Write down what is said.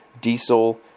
diesel